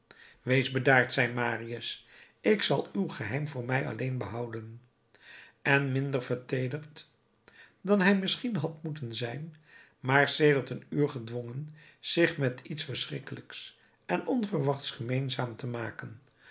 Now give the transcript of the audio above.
wees bedaard zeide marius ik zal uw geheim voor mij alleen behouden en minder verteederd dan hij misschien had moeten zijn maar sedert een uur gedwongen zich met iets verschrikkelijks en onverwachts gemeenzaam te maken